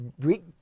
Greek